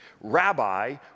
Rabbi